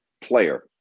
player